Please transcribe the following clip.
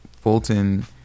fulton